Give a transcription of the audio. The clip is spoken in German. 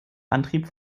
antrieb